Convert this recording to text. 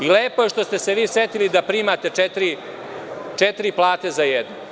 Lepo je što ste se vi setili da primate četiri plate za jednu.